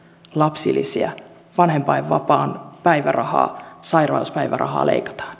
lapsilisiä vanhempainvapaan päivärahaa sairauspäivärahaa leikataan